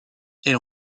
elle